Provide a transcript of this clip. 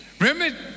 Remember